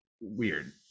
weird